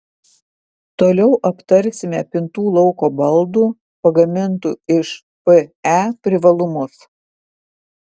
toliau aptarsime pintų lauko baldų pagamintų iš pe privalumus